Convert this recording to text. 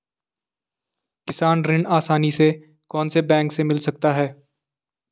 किसान ऋण आसानी से कौनसे बैंक से मिल सकता है?